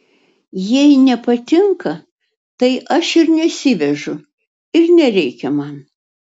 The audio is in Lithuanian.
jei nepatinka tai aš ir nesivežu ir nereikia man